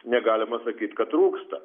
negalima sakyt kad trūksta